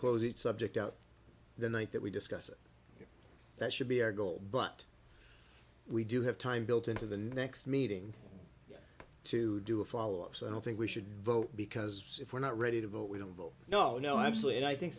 close it subject out the night that we discuss it that should be our goal but we do have time built into the next meeting to do a follow up so i don't think we should vote because if we're not ready to vote we don't vote no no absolutely i think